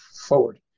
forward